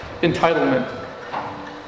entitlement